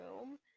room